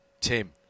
Tim